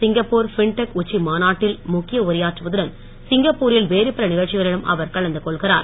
Singapore fintech உச்சி மாநாட்டில் முக்கிய உரையாற்றுவதுடன் சிங்கப்பூரில் வேறு பல நிகழ்ச்சிகளிலும் அவர் கலந்து கொள்கிறார்